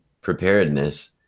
preparedness